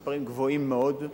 הם מספרים גבוהים מאוד.